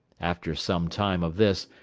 after some time of this,